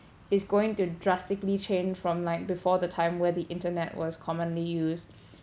is going to drastically changed from like before the time where the internet was commonly used